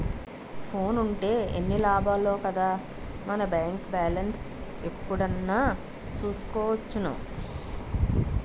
ఫోనుంటే ఎన్ని లాభాలో కదా మన బేంకు బాలెస్ను ఎప్పుడైనా చూసుకోవచ్చును